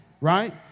Right